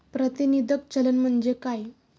प्रातिनिधिक चलन म्हणजे काय?